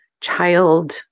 child